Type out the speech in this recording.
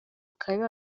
akaba